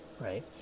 right